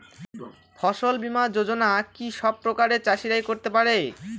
ফসল বীমা যোজনা কি সব প্রকারের চাষীরাই করতে পরে?